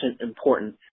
important